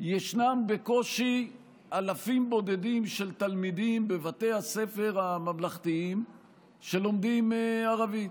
יש בקושי אלפים בודדים של תלמידים בבתי הספר הממלכתיים שלומדים ערבית.